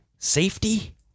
Safety